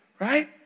right